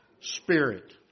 Spirit